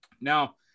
Now